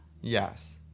Yes